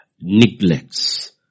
neglects